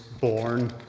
born